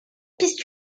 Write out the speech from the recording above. piste